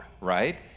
right